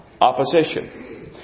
opposition